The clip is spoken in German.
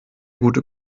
gute